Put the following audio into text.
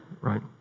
Right